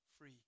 free